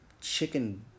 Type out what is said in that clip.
chicken